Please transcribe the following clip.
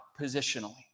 positionally